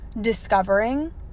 discovering